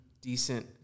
decent